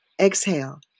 Exhale